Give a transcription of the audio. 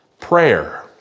Prayer